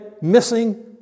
missing